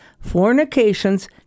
fornications